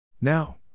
Now